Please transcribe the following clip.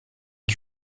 les